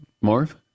Marv